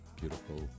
beautiful